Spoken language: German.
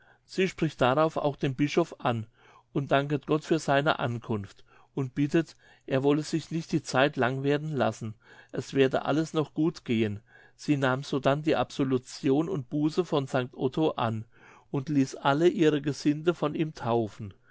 sie spricht darauf auch den bischof an und danket gott für seine ankunft und bittet er wolle sich nicht die zeit lang werden lassen es werde alles noch gut gehen sie nahm sodann die absolution und buße von st otto an und ließ alle ihr gesinde von ihm taufen